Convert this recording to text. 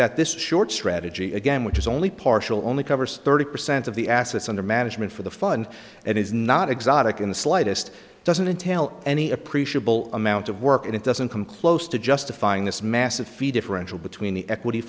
that this short strategy again which is only partial only covers thirty percent of the assets under management for the fund it is not exotic in the slightest doesn't entail any appreciable amount of work and it doesn't come close to justifying this massive fee differential between the equity